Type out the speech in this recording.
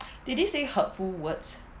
did he say hurtful words